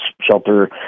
shelter